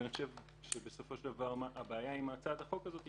אני חושב שבסופו של דבר הבעיה עם הצעת החוק הזאת,